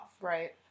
Right